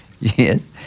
Yes